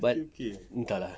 but entah lah